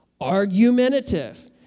Argumentative